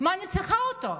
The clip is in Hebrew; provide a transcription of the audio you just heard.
מה אני צריכה אותו?